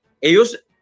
Ellos